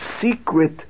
secret